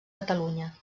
catalunya